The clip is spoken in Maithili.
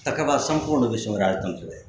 तकर बाद सम्पूर्ण विश्व मे राजतंत्र रहै